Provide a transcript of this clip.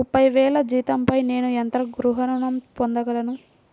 ముప్పై వేల జీతంపై నేను ఎంత గృహ ఋణం పొందగలను?